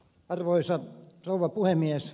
arvoisa rouva puhemies